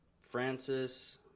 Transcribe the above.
Francis